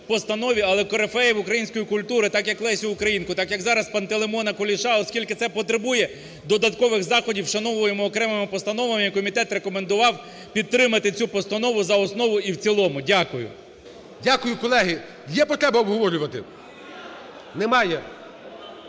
але корифеїв української культури, так як Лесю Українку, так як зараз Пантелеймона Куліша, оскільки це потребує додаткових заходів, вшановуємо окремими постановами. Комітет рекомендував підтримати цю постанову за основу і в цілому. Дякую. ГОЛОВУЮЧИЙ. Дякую. Колеги, є потреба обговорювати? (Шум